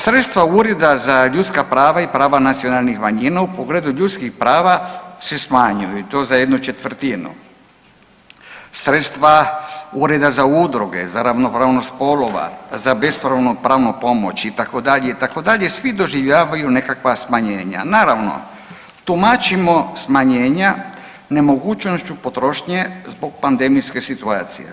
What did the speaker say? Sredstva Ureda za ljudska prava i prava nacionalnih manjina u pogledu ljudskih prava se smanjuju i to za jednu četvrtinu, sredstva Ureda za udruge, za ravnopravnost spolova, za bespravno pravnu pomoć itd., itd., svi doživljavaju nekakva smanjenja, naravno tumačimo smanjenja nemogućnošću potrošnje zbog pandemijske situacije.